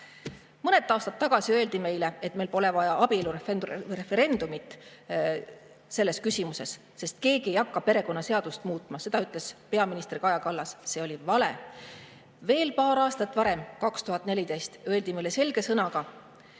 Mõned aastad tagasi öeldi meile, et meil pole vaja abielureferendumit selles küsimuses, sest keegi ei hakka perekonnaseadust muutma. Seda ütles peaminister Kaja Kallas. See oli vale. Veel paar aastat varem, 2014, öeldi meile selge sõnaga: